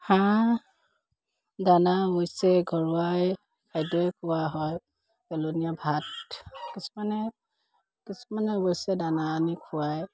হাঁহৰ দানা অৱশ্যে ঘৰুৱাই খাদ্যই খুওৱা হয় পেলনীয়া ভাত কিছুমানে কিছুমানে অৱশ্যে দানা আনি খোৱায়